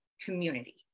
community